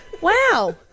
Wow